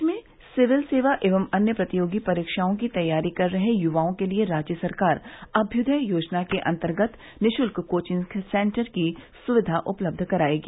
प्रदेश में सिविल सेवा एवं अन्य प्रतियोगी परीक्षाओं की तैयारी कर रहे युवाओं के लिए राज्य सरकार अम्युदय योजना के अंतर्गत निःशुल्क कोचिंग सेन्टर की सुविधा उपलब्ध करायेगी